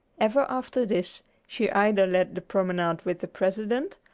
ever after this, she either led the promenade with the president,